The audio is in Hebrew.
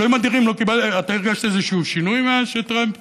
אלוהים אדירים, אתה הרגשת איזשהו שינוי חוץ